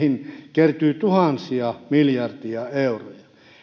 kertyy tuhansia miljardeja euroja